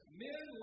men